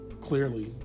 clearly